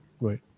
right